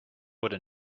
wurde